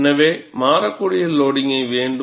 எனவே மாறக்கூடிய லோடிங்கை வேண்டும்